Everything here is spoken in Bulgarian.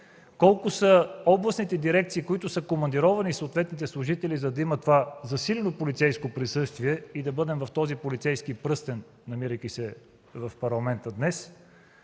колко са областните дирекции, които са командировали съответните служители, за да има това засилено полицейско присъствие и да бъдем в този полицейски пръстен, намирайки се в Парламента днес,